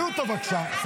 תוציאו אותו, בבקשה.